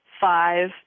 five